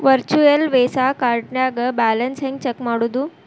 Virtual Visa ಕಾರ್ಡ್ನ್ಯಾಗ balance ಹೆಂಗ check ಮಾಡುದು?